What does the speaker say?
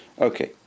Okay